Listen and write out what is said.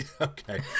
Okay